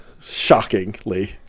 shockingly